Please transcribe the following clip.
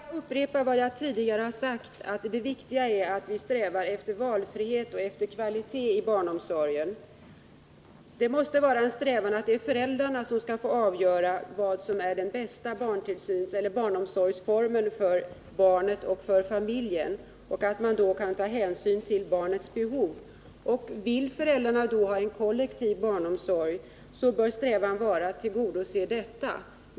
Herr talman! Jag upprepar vad jag tidigare har sagt, att det viktiga är att vi strävar efter valfrihet och kvalitet i barnomsorgen. Det måste vara en strävan att föräldrarna skall få avgöra vad som är den bästa barnomsorgsformen för barnet och för familjen och att man då kan ta hänsyn till barnets behov. Vill föräldrarna ha en kollektiv barnomsorg, så bör strävan vara att tillgodose detta.